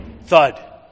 thud